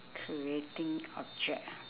creating object ah